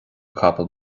capall